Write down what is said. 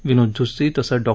विनोद झुत्सी तसंच डॉ